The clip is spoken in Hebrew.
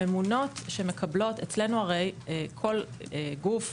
הממונות שמקבלות, אצלנו הרי, כל גוף,